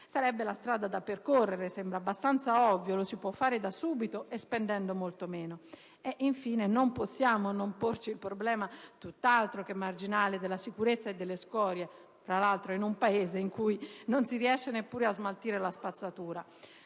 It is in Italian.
sarebbe la strada da percorrere, sembra abbastanza ovvio; lo si può fare da subito e spendendo molto meno. Infine, non possiamo non porci il problema, tutt'altro che marginale, della sicurezza e delle scorie, tra l'altro in un Paese in cui non si riesce neppure a smaltire la spazzatura.